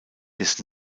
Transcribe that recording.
des